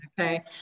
okay